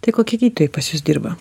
tai kokie gydytojai pas jus dirba